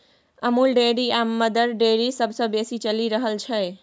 Amul dairy आ Mother Dairy सबसँ बेसी चलि रहल छै